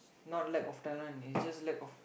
not lack of talent is just lack of